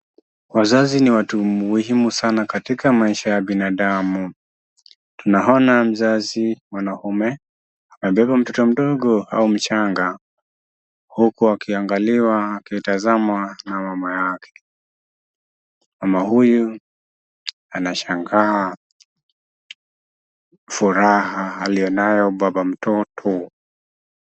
Wazazi ni watu muhimu sana katika maisha ya binadamu. Tunaona mzazi mwanaume amebeba mtoto mdogo au mchanga huku akiangaliwa akitazama na mama yake. Mama huyu anashangaa furaha aliyonayo baba mtoto.